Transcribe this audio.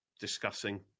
discussing